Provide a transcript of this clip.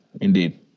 indeed